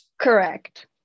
correct